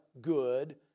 good